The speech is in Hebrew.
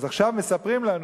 אז עכשיו מספרים לנו,